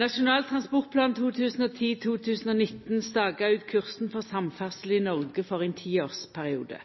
Nasjonal transportplan 2010–2019 stakar ut kursen for samferdsel i Noreg for ein tiårsperiode.